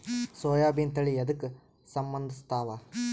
ಸೋಯಾಬಿನ ತಳಿ ಎದಕ ಸಂಭಂದಸತ್ತಾವ?